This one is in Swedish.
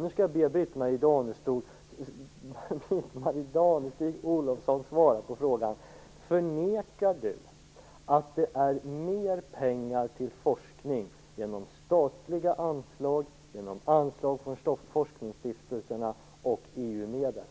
Nu skall jag be Britt-Marie Danestig Olofsson svara på en fråga: Förnekar hon att det blir mer pengar till forskning genom statliga anslag, genom anslag från forskningsstiftelserna och genom EU-medel?